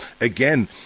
again